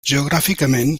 geogràficament